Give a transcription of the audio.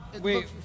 Wait